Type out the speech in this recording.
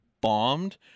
bombed